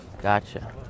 Gotcha